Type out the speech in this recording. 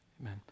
Amen